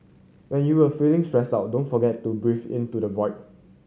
when you a feeling stressed out don't forget to breathe into the void